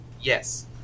yes